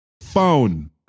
phone